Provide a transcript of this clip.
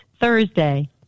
Thursday